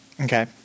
Okay